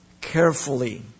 Carefully